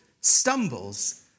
stumbles